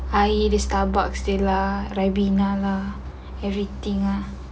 air di starbucks still lah ribenna lah everything lah